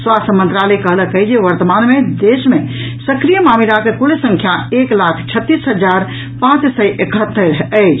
स्वास्थ्य मंत्रालय कहलक अछि जे वर्तमान मे देश मे सक्रिय मामिलाक कुल संख्या एक लाख छत्तीस हजार पांच सय एकहत्तरि अछि